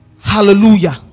Hallelujah